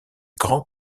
grand